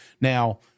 Now –